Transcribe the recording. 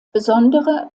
besondere